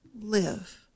live